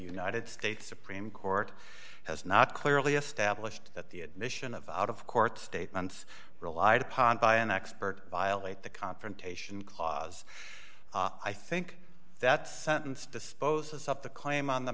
united states supreme court has not clearly established that the admission of out of court statements relied upon by an expert violate the confrontation clause i think that sentence disposes of the claim on the